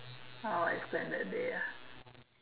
how I spend that day ah